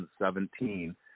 2017